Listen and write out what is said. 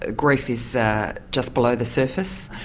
ah grief is ah just below the surface.